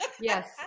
yes